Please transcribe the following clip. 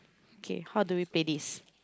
okay how do we play this